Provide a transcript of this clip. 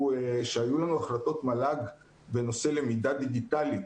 כשהיו לנו החלטות מל"ג בנושא למידה דיגיטלית